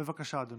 בבקשה, אדוני.